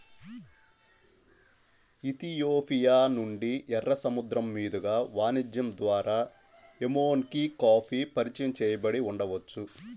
Ethiopia నుండి, ఎర్ర సముద్రం మీదుగా వాణిజ్యం ద్వారా ఎమెన్కి కాఫీ పరిచయం చేయబడి ఉండవచ్చు